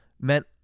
meant